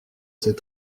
ses